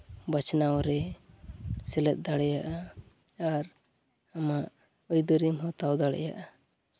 ᱵᱟᱪᱷᱱᱟᱣ ᱨᱮ ᱥᱮᱞᱮᱫ ᱫᱟᱲᱮᱭᱟᱜᱼᱟ ᱟᱨ ᱱᱚᱣᱟ ᱟᱹᱭᱫᱟᱹᱨᱤᱢ ᱦᱟᱛᱟᱣ ᱫᱟᱲᱮᱭᱟᱜᱼᱟ